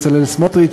בצלאל סמוטריץ,